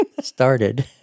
started